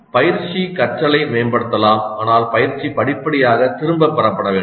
பயிற்சி குறிப்புகளை வழங்குதல் கற்றலை மேம்படுத்தலாம் ஆனால் பயிற்சி படிப்படியாக திரும்பப் பெறப்பட வேண்டும்